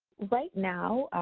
right now,